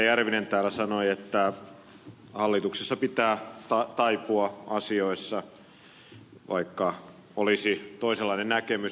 järvinen täällä sanoi että hallituksessa pitää taipua asioissa vaikka olisi toisenlainen näkemys